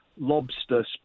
lobster